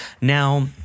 Now